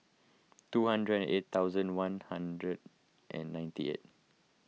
two hundred and eight thousand one hundred and ninety eight